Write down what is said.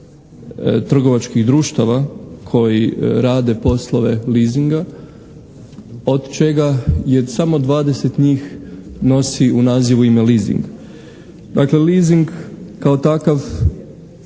trgovačkih društava koji rade poslove leasinga od čega je samo 20 njih nosi u nazivu ime leasing. Dakle leasing kao takav